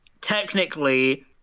technically